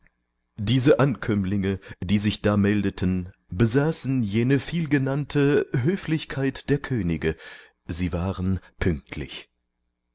diese ankömmlinge die sich da meldeten besaßen jene vielgenannte höflichkeit der könige sie waren pünktlich